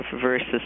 versus